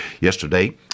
Yesterday